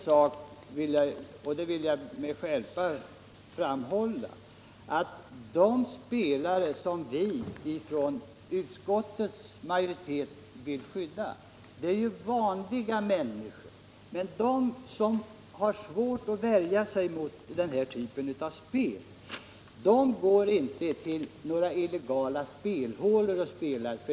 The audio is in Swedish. Jag vill med skärpa framhålla: De spelare som vi i utskottsmajoriteten vill skydda är vanliga människor. Men dessa ”vanliga människor”, som har svårt att värja sig mot den här typen av spel, går inte till några illegala spelhålor och spelar.